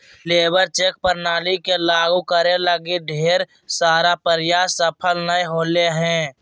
labour check प्रणाली के लागु करे लगी ढेर सारा प्रयास सफल नय होले हें